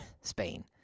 Spain